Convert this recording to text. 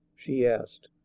she asked.